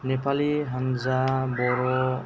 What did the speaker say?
नेपालि हान्जा बर'